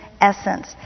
essence